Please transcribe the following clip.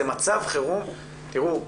זה מצב חירום תראו,